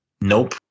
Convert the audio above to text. Nope